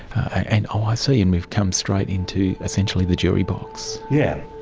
and um i see, and we've come straight into essentially the jury box. yeah.